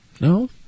no